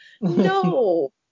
no